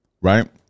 right